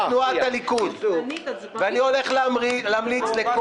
אני הולך להמליץ ליושב-ראש התנועה,